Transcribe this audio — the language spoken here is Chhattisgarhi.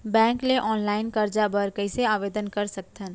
बैंक ले ऑनलाइन करजा बर कइसे आवेदन कर सकथन?